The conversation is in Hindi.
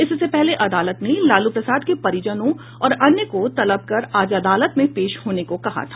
इससे पहले अदालत ने लालू प्रसाद के परिजनों और अन्य को तलब कर आज अदालत में पेश होने को कहा था